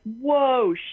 whoa